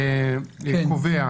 הכנסת קובע